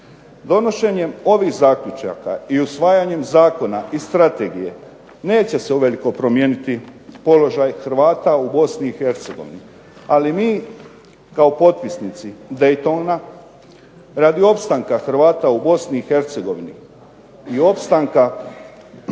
Donošenjem ovih zaključaka i usvajanjem zakona i strategije neće se uvelike promijeniti položaj Hrvata u Bosni i Hercegovini. Ali mi kao potpisnici Daytona radi opstanka Hrvata u Bosni i